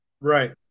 right